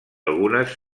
algunes